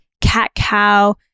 cat-cow